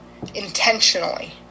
intentionally